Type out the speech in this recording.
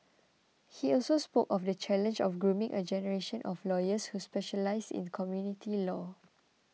he also spoke of the challenge of grooming a generation of lawyers who specialise in community law